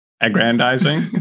aggrandizing